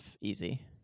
easy